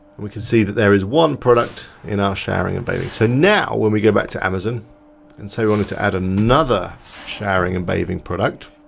and we can see that there is one product in our showering and bathing. so now, when we go back to amazon and say you wanted to add another showering and bathing product,